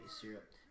syrup